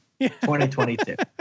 2022